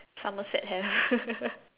Somerset have